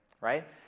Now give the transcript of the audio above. right